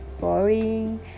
boring